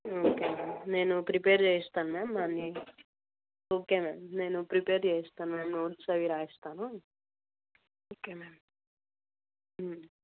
okay ma'am నేను prepare చేయిస్తాను ma'am అన్నీ ఓకే మ్యామ్ నేను ప్రిపేర్ చేయిస్తాను మ్యామ్ నోట్స్ అవీ వ్రాయిస్తాను ఓకే మ్యామ్